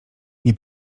nie